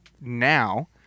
now